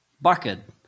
bucket